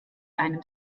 einem